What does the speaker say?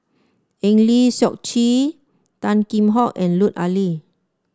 Eng Lee Seok Chee Tan Kheam Hock and Lut Ali